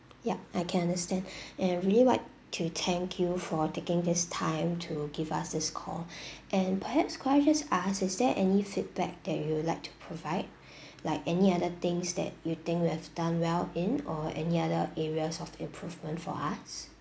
yup I can understand and really like to thank you for taking this time to give us this call and perhaps could I just ask is there any feedback that you would like to provide like any other things that you think we have done well in or any other areas of improvement for us